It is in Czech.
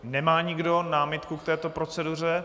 Nemá nikdo námitku k této proceduře?